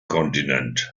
kontinent